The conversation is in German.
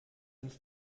uns